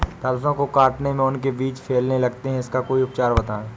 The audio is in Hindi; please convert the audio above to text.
सरसो को काटने में उनके बीज फैलने लगते हैं इसका कोई उपचार बताएं?